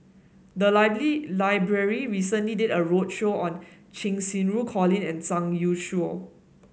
the library recently did a roadshow on Cheng Xinru Colin and Zhang Youshuo